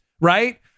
right